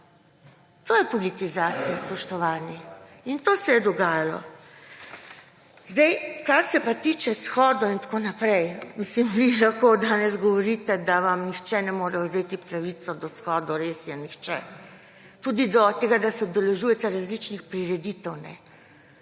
To je politizacija, spoštovani, in to se je dogajalo! Kar se pa tiče shodov in tako naprej. Vi lahko danes govorite, da vam nihče ne more vzeti pravice do shodov. Res je, nihče. Tudi do tega, da se udeležujete različnih prireditev ne.